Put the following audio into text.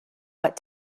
what